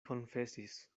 konfesis